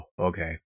okay